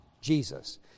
Jesus